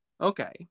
Okay